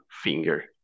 finger